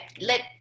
let